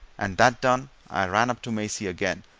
and that done, i ran up to maisie again,